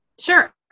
Sure